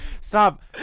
Stop